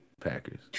Packers